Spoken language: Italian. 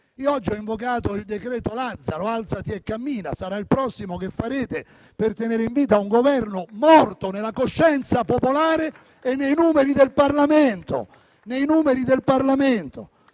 Oggi ho invocato il decreto Lazzaro, alzati e cammina: sarà il prossimo che adotterete per tenere in vita un Governo morto nella coscienza popolare e nei numeri del Parlamento. Sono